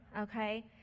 Okay